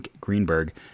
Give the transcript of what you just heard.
Greenberg